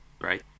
right